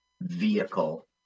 vehicle